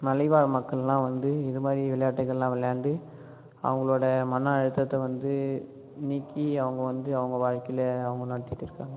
மலைவாழ் மக்கள்லாம் வந்து இது மாதிரி விளையாட்டுகள்லாம் விளையாண்டு அவங்களோட மன அழுத்தத்தை வந்து நீக்கி அவங்க வந்து அவங்க வாழ்க்கையில் அவங்க நடத்திகிட்டு இருக்காங்க